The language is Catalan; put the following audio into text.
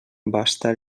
basta